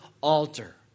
altar